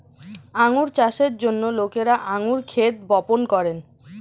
আঙ্গুর চাষের জন্য লোকেরা আঙ্গুর ক্ষেত বপন করে